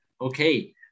Okay